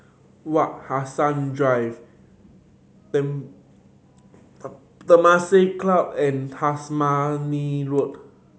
Wak Hassan Drive Temasek Club and Tasmania Road